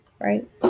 right